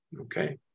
Okay